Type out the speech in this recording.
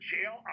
Jail